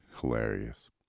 Hilarious